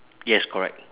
yes correct